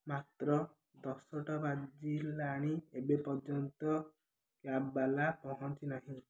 ମାତ୍ର ଦଶଟା ବାଜିଲାଣି ଏବେ ପର୍ଯ୍ୟନ୍ତ କ୍ୟାବ୍ ବାଲା ପହଞ୍ଚି ନାହିଁ